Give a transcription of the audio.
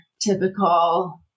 typical